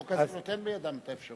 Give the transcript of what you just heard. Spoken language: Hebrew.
החוק הזה נותן בידם את האפשרות.